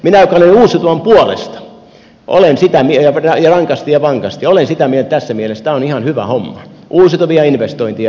minä joka olen uusiutuvan puolesta ja rankasti ja vankasti olen sitä mieltä tässä mielessä tämä on ihan hyvä homma uusiutuvia investointeja ja niin pois päin